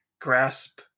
grasp